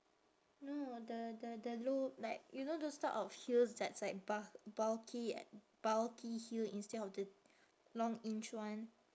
no the the the low like you know those type of heels that's like bul~ bulky bulky heel instead of the long inch one